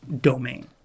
domain